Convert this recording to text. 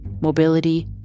mobility